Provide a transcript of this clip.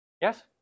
Yes